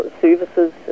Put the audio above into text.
services